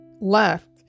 left